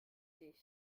dich